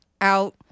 out